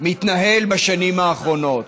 מתנהל בשנים האחרונות.